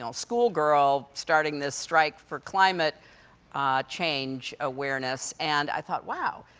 school girl starting this strike for climate change awareness, and i thought, wow,